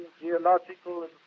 geological